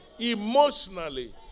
emotionally